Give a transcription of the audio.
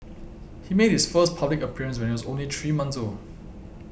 he made his first public appearance when he was only three month old